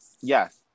Yes